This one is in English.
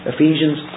Ephesians